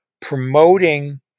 promoting